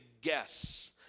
guess